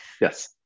yes